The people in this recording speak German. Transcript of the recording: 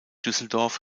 düsseldorf